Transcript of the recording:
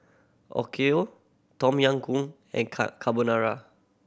Okayu Tom Yam Goong and Car Carbonara